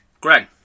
Greg